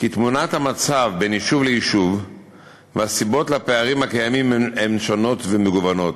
תמונת המצב בכל יישוב ויישוב והסיבות לפערים הקיימים הן שונות ומגוונות.